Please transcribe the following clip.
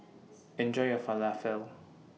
Enjoy your Falafel